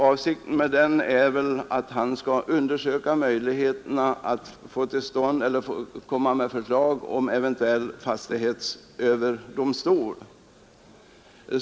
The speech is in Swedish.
Avsikten är väl att han skall undersöka möjligheterna att komma med förslag om eventuell fastighetsöverdomstol.